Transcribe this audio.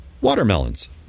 watermelons